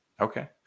Okay